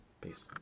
Peace